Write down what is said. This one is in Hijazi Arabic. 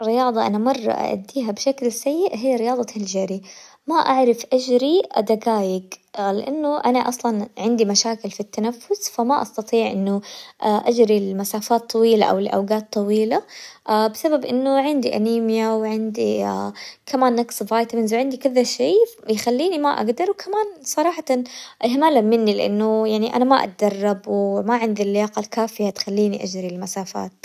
رياظة أنا مرة أأديها بشكل سيء هي رياظة الجري، ما أعرف أجري دقايق لأنه أنا أصلاً عندي مشاكل في التنفس فما أستطيع إنه أجري لمسافات طويلة او لأوقات طويلة، بسبب إنه عندي أنيميا وعندي كمان نقص فايتمنز وعندي كذا شي يخليني ما أقدر، وكمان صراحةً اهمالاً مني لأنه يعني أنا ما أتدرب وما عندي اللياقة الكافية اللي تخليني أجري مسافات.